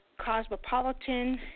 cosmopolitan